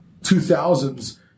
2000s